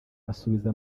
asubiza